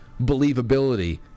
believability